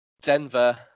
Denver